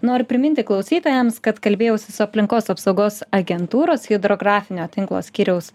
noriu priminti klausytojams kad kalbėjausi su aplinkos apsaugos agentūros hidrografinio tinklo skyriaus